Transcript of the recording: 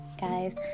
guys